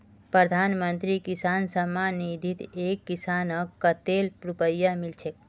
प्रधानमंत्री किसान सम्मान निधित एक किसानक कतेल रुपया मिल छेक